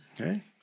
Okay